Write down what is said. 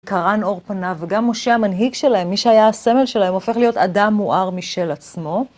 קרן אור פניו, וגם משה המנהיג שלהם, מי שהיה הסמל שלהם, הופך להיות אדם מואר משל עצמו.